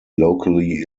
locally